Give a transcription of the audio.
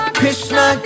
Krishna